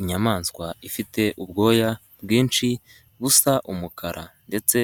Inyamaswa ifite ubwoya bwinshi busa umukara, ndetse